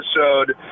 episode